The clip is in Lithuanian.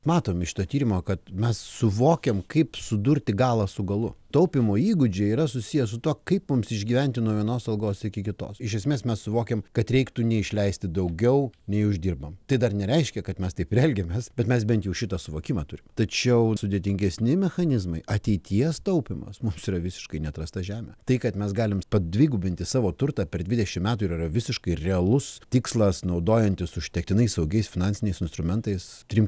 matom iš to tyrimo kad mes suvokiam kaip sudurti galą su galu taupymo įgūdžiai yra susiję su tuo kaip mums išgyventi nuo vienos algos iki kitos iš esmės mes suvokiam kad reiktų neišleisti daugiau nei uždirbam tai dar nereiškia kad mes taip elgiamės bet mes bent jau šitą suvokimą turim tačiau sudėtingesni mechanizmai ateities taupymas mums yra visiškai neatrasta žemė tai kad mes galime padvigubinti savo turtą per dvidešimt metų ir yra visiškai realus tikslas naudojantis užtektinai saugiais finansiniais instrumentais trim